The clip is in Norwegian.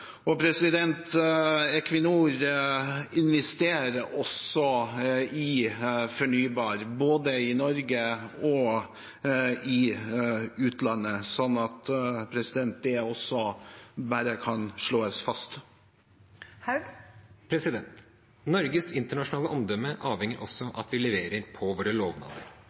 Og: Equinor investerer også i fornybar energi, både i Norge og i utlandet, bare for å få slått det fast. Det åpnes for oppfølgingsspørsmål – først Kristoffer Robin Haug. Norges internasjonale omdømme avhenger også av at vi leverer på våre lovnader.